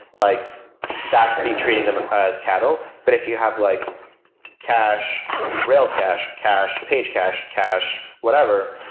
like that's the treating them as cattle. but if you have like cache rail's cache, cache page cache, cache whatever,